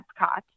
Epcot